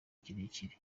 kirekire